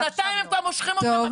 שנתיים הם כבר מושכים אותם,